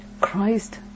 Christ